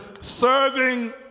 serving